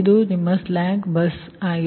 ಇದು ನಿಮ್ಮ slack bus ಸರಿ